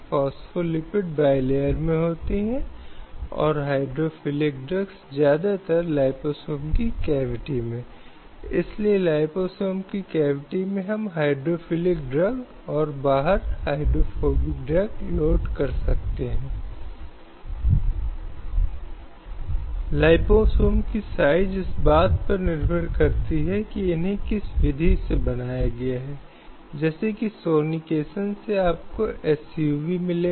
इसलिए यह भारतीय होटल और रेस्त्रां एसोसिएशन में एक सवाल था महाराष्ट्र राज्य का 2013 एक मामला था जहां एक बॉम्बे पुलिस अधिनियम ने 3 से 5 स्टार होटलों के अलावा अन्य किसी भी प्रकार के बीयर बार में खाने पर किसी भी प्रकार के नृत्य प्रदर्शन को प्रतिबंधित किया था